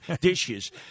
dishes